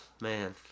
man